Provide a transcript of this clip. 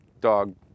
Dog